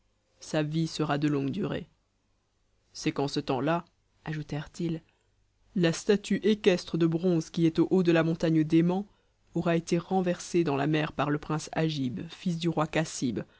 sa vie sera de longue durée c'est qu'en ce temps-là ajoutèrent-ils la statue équestre de bronze qui est au haut de la montagne d'aimant aura été renversée dans la mer par le prince agib fils du roi cassib